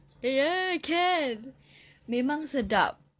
ya can memang sedap